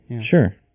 Sure